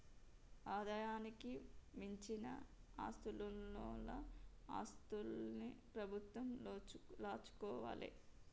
ఆదాయానికి మించిన ఆస్తులున్నోల ఆస్తుల్ని ప్రభుత్వం లాక్కోవాలే